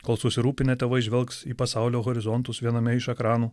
kol susirūpinę tėvai žvelgs į pasaulio horizontus viename iš ekranų